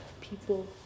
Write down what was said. people